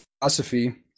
philosophy